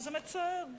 שזה מצער,